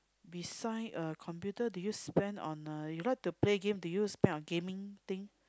beside uh computer do you spend on uh you like to play game do you spend on gaming thing